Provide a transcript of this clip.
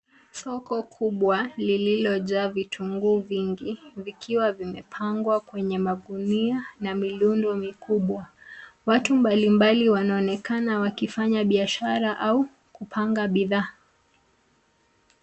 Soko kubwa lililojaa vitunguu vingi vikiwa vimepangwa kwenye magunia na milundu mikubwa. Watu mbalimbali wanaonekana wakifanya biashara au kupanga bidhaa.